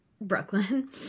Brooklyn